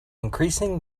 increasing